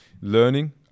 learning